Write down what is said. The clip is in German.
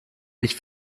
ich